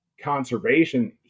conservation